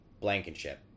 Blankenship